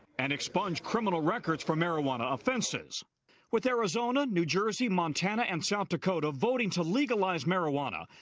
and expunge criminal records for marijuana offenses with arizona, new jersey, montana and south dakota voting to legalize marijuana,